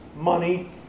money